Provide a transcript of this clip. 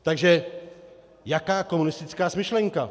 Takže jaká komunistická smyšlenka?